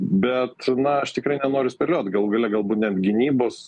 bet na aš tikrai nenoriu spėliot galų gale galbūt net gynybos